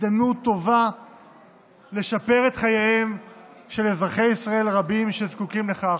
הזדמנות טובה לשפר את חייהם של אזרחי ישראל רבים שזקוקים לכך.